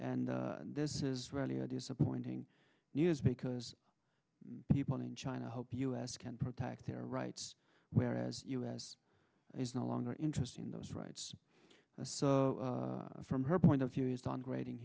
and this is really a disappointing news because people in china hope u s can protect their rights whereas u s is no longer interested in those rights so from her point of view is downgrading